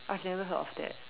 I have never heard of that